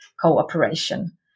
cooperation